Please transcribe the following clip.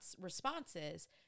responses